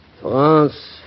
France